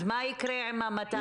אז מה יקרה עם ה-200 אלף?